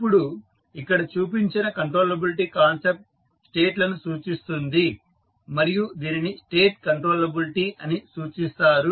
ఇప్పుడు ఇక్కడ చూపించిన కంట్రోలబిలిటీ కాన్సెప్ట్ స్టేట్ లను సూచిస్తుంది మరియు దీనిని స్టేట్ కంట్రోలబిలిటీ అని సూచిస్తారు